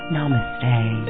Namaste